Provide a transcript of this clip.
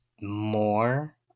more